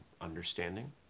understanding